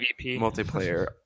multiplayer